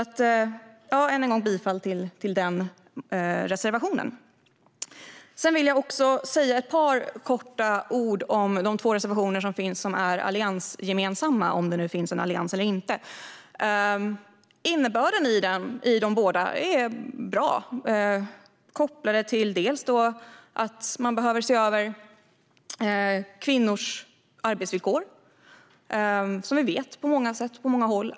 Jag yrkar än en gång bifall till den reservationen. Låt mig också säga några ord om de två alliansgemensamma reservationerna - om det nu finns någon Allians. Innebörden i båda är bra. Dels behöver man se över kvinnors arbetsvillkor, för vi vet att de är dåliga på många håll.